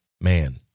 man